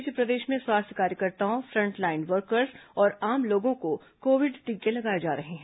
इस बीच प्रदेश में स्वास्थ्य कार्यकर्ताओं फ्रंटलाइन वर्कर्स और आम लोगों को कोविड टीके लगाए जा रहे हैं